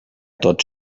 tots